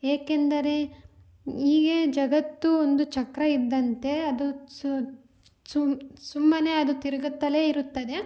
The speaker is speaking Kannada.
ಏಕೆಂದರೆ ಈಗಿನ ಜಗತ್ತು ಒಂದು ಚಕ್ರ ಇದ್ದಂತೆ ಅದು ಸುಮ್ಮನೆ ಅದು ತಿರುಗುತ್ತಲೇ ಇರುತ್ತದೆ